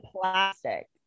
plastic